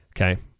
Okay